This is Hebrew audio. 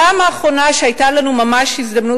הפעם האחרונה שהיתה לנו ממש הזדמנות